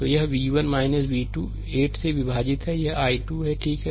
slide समय देखें 2829 तो यह v 1 v 2 8 से विभाजित है यह i 2 है ठीक है